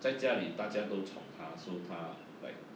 在家里大家都宠她 so 她 like